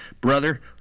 brother